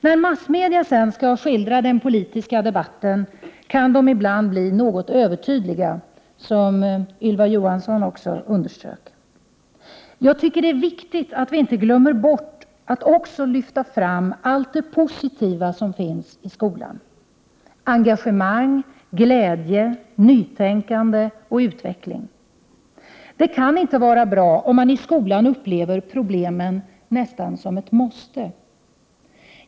När massmedia skall skildra den politiska debatten kan de ibland bli något övertydliga, som Ylva Johansson underströk. Jag tycker att det är viktigt att vi inte glömmer att också lyfta fram allt det positiva som finns i skolan: engagemang, glädje, nytänkande och utveckling. Det kan inte vara bra om man i skolan upplever problemen nästan som ett måste.